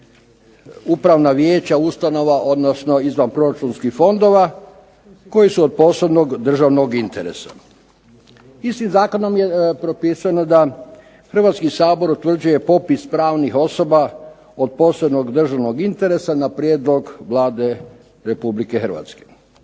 upravna vijeća ustanova, odnosno izvanproračunskih fondova, koji su od posebnog državnog interesa. Istim zakonom je propisano da Hrvatski sabor utvrđuje popis pravnih osoba od posebnog državnog interesa na prijedlog Vlade Republike Hrvatske.